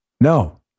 No